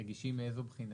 רגישים מאיזו בחינה?